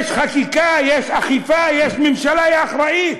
יש חקיקה, יש אכיפה, יש ממשלה, היא אחראית.